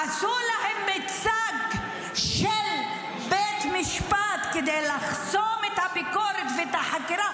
עשו להם מיצג של בית משפט כדי לחסום את הביקורת ואת החקירה,